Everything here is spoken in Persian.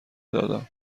دادم